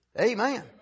Amen